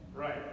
Right